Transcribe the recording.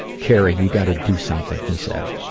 kerry, you gotta do something he said.